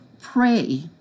pray